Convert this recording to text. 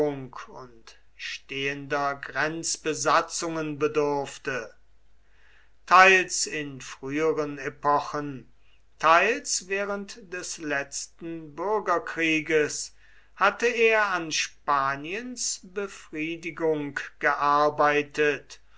und stehender grenzbesatzungen bedurfte teils in früheren epochen teils während des letzten bürgerkrieges hatte er an spaniens befriedigung gearbeitet